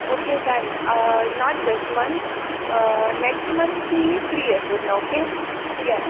okay done not this month ब next month मी free आहे पूर्ण ओक्के यस